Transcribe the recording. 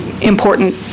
important